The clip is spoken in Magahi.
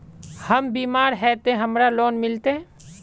हम बीमार है ते हमरा लोन मिलते?